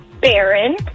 Baron